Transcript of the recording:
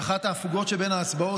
באחת ההפוגות שבין ההצבעות,